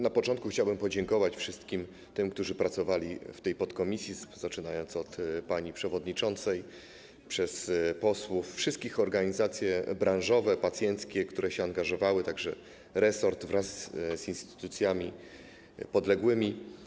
Na początku chciałbym podziękować wszystkim tym, którzy pracowali w tej podkomisji, od pani przewodniczącej, przez posłów, wszystkie organizacje branżowe, pacjenckie, które się angażowały, po resort wraz z instytucjami podległymi.